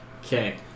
Okay